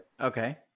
Okay